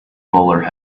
bowler